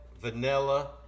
vanilla